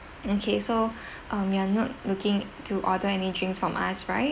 okay so um you're not looking to order any drinks from us right